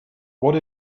what